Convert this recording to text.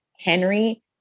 Henry